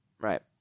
Right